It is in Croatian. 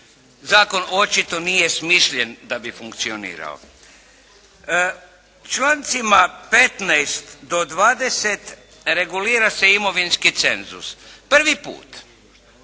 Zakon očito nije smišljen da bi funkcionirao. Člancima 15. do 20. regulira se imovinski cenzus prvi put.